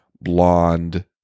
blonde